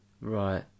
Right